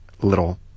little